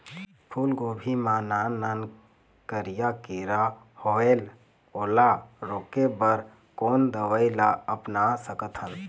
फूलगोभी मा नान नान करिया किरा होयेल ओला रोके बर कोन दवई ला अपना सकथन?